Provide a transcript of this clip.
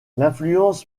l’influence